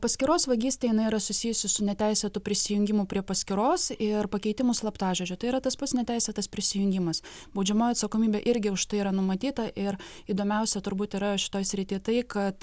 paskyros vagystė jinai yra susijusi su neteisėtu prisijungimu prie paskyros ir pakeitimu slaptažodžio tai yra tas pats neteisėtas prisijungimas baudžiamoji atsakomybė irgi už tai yra numatyta ir įdomiausia turbūt yra šitoj srity tai kad